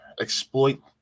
exploit